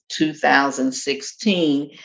2016